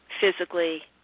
physically